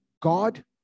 God